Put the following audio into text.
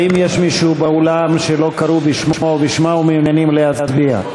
האם יש מישהו באולם שלא קראו בשמו או בשמה ומעוניין להצביע?